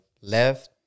left